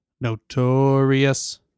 notorious